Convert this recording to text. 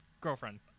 girlfriend